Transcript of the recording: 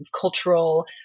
cultural